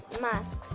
masks